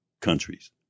countries